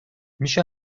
میشه